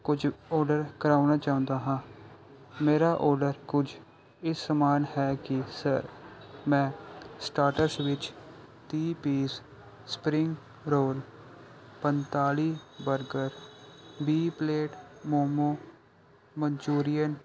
ਕੁਝ ਔਡਰ ਕਰਾਉਣਾ ਚਾਹੁੰਦਾ ਹਾਂ ਮੇਰਾ ਔਡਰ ਕੁਝ ਇਸ ਸਮਾਨ ਹੈ ਕਿ ਸਰ ਮੈਂ ਸਟਾਰਟਸ ਵਿੱਚ ਤੀਹ ਪੀਸ ਸਪਰਿੰਗ ਰੋਲ ਪਨਤਾਲੀ ਬਰਗਰ ਵੀਹ ਪਲੇਟ ਮੋਮੋ ਮਨਚੂਰੀਅਨ